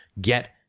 get